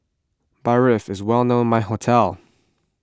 Barfi is well known my hometown